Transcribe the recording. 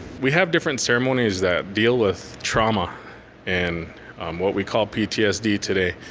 we have different ceremonies that deal with trauma and what we call ptsd today.